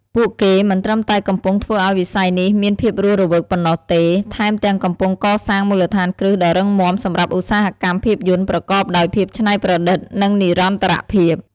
ពួកគេមិនត្រឹមតែកំពុងធ្វើឱ្យវិស័យនេះមានភាពរស់រវើកប៉ុណ្ណោះទេ ថែមទាំងកំពុងកសាងមូលដ្ឋានគ្រឹះដ៏រឹងមាំសម្រាប់ឧស្សាហកម្មភាពយន្តប្រកបដោយភាពច្នៃប្រឌិត និងនិរន្តរភាព។